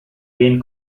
been